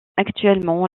actuellement